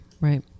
right